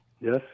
yes